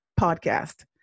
podcast